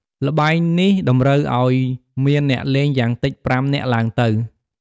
ល្បែងនេះតម្រូវឲ្យមានអ្នកលេង យ៉ាងតិច ៥នាក់ ឡើងទៅ។